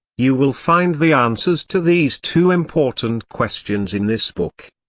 you will find the answers to these two important questions in this book.